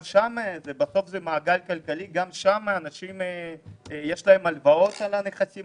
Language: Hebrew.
בסוף זה מעגל כלכלי וגם שם לאנשים הלוואות עבור הנכסים